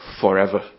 forever